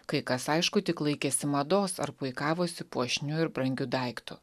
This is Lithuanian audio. kai kas aišku tik laikėsi mados ar puikavosi puošniu ir brangiu daiktu